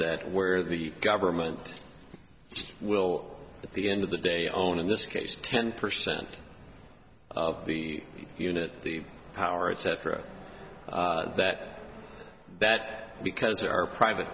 that where the government just will at the end of the day own in this case ten percent of the unit the power etc that that because there are private